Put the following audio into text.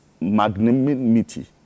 magnanimity